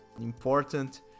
important